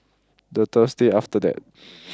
the Thursday after that